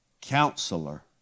Counselor